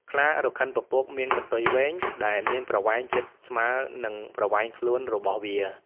ខ្លារខិនពពកមាន កន្ទុយវែង ដែលមានប្រវែងជិតស្មើនឹងប្រវែងខ្លួនរបស់វា។